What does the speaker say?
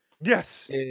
yes